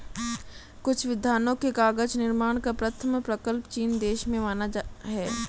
कुछ विद्वानों ने कागज निर्माण का प्रथम प्रकल्प चीन देश में माना है